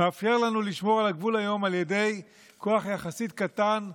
מאפשר לנו לשמור על הגבול היום על ידי כוח יחסית קטן,